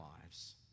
lives